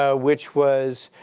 ah which was